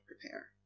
prepare